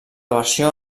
versió